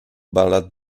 ballad